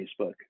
Facebook